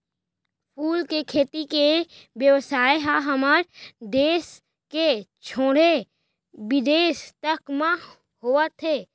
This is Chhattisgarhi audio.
फूल के खेती के बेवसाय ह हमर देस के छोड़े बिदेस तक म होवत हे